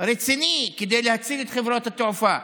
רציני כדי להציל את חברות התעופה,